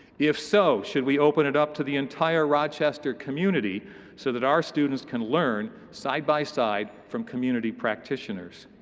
if so, should we open it up to the entire rochester community so that our students can learn side by side from community practitioners?